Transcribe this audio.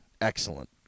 Excellent